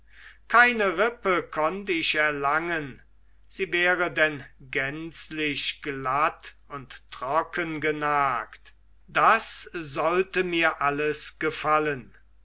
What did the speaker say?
keine rippe konnt ich erlangen sie wäre denn gänzlich glatt und trocken genagt das sollte mir alles gefallen